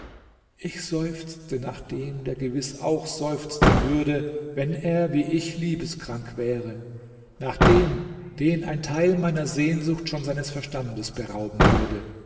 ich seufze nach dem der gewiß auch seufzen würde wenn er wie ich liebeskrank wäre nach dem den ein teil meiner sehnsucht schon seines verstandes berauben würde